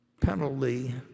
penalty